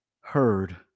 heard